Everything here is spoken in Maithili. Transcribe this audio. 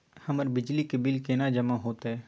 हमर बिजली के बिल केना जमा होते?